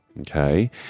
okay